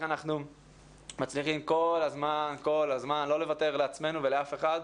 אנחנו מצליחים כל הזמן לא לוותר לעצמנו ולאף אחד,